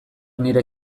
nire